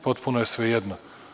Potpuno je svejedno.